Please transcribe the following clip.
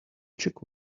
check